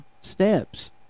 steps